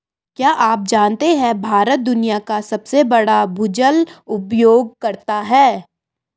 क्या आप जानते है भारत दुनिया का सबसे बड़ा भूजल उपयोगकर्ता है?